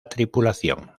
tripulación